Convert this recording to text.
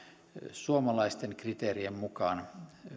suomalaisten kriteerien mukaan